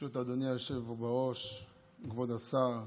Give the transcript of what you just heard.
ברשות אדוני היושב-ראש, כבוד השר,